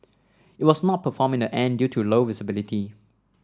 it was not performed in the end due to low visibility